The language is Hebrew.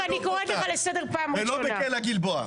גלבוע.